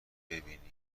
ببینی